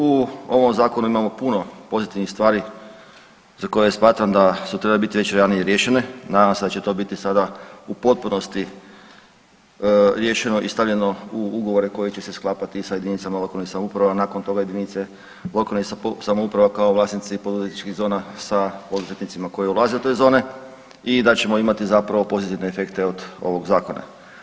U ovom zakonu imamo puno pozitivnih stvari za koje smatram da su trebale biti već ranije riješene, nadam se da će to biti sada u potpunosti riješeno i stavljeno u ugovore koji će se sklapati sa jedinice lokalne samouprave, a nakon toga jedinici lokalne samouprave kao vlasnici poduzetničkih zona sa poduzetnicima koje ulaze u te zone i da ćemo imati zapravo pozitivne efekte od ovog zakona.